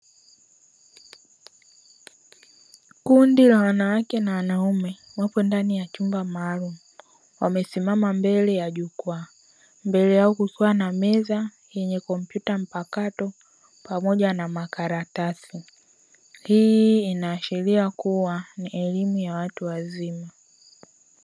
Kundi la wanawake na wanaume wapo ndani ya chumba maalumu wamesimama mbele ya jukwaa, mbele yao kukiwa na meza yenye kompyuta mpakato pamoja na makaratsi. Hii inaashiria kua ni elimu ya watu wazima.